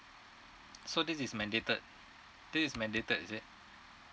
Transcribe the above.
so this is mandated this is mandated is it